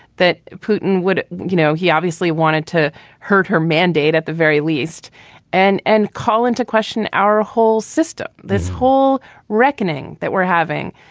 that putin would you know, he obviously wanted to hurt her mandate at the very least and and call into question our whole system, this whole reckoning that we're having.